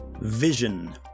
Vision